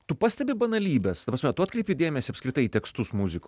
tu pastebi banalybes ta prasme tu atkreipi dėmesį apskritai į tekstus muzikoj